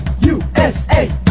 USA